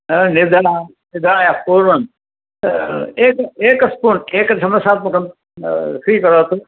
निर्जला निद्रायाः पूर्वम् एक एक स्पून् एकचमसात्मकं स्वीकरोतु